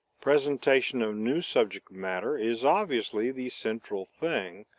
presentation of new subject matter is obviously the central thing,